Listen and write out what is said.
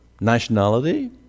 nationality